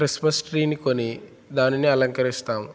Christmas ట్రీని కొని దానిని అలంకరిస్తాం